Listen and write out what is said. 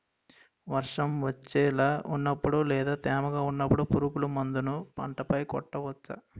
వర్షం వచ్చేలా వున్నపుడు లేదా తేమగా వున్నపుడు పురుగు మందులను పంట పై కొట్టవచ్చ?